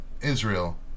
Israel